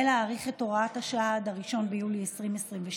להאריך את הוראת השעה עד 1 ביולי 2022,